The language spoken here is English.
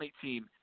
team